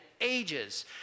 ages